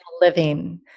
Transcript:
living